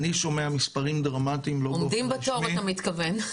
אני שומע מספרים דרמטיים --- עומדים בתור אתה מתכוון.